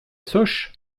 sosh